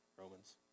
Romans